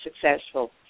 successful